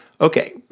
Okay